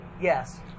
yes